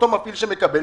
אותו מפעיל שמקבל,